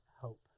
hope